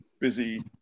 busy